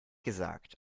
gesagt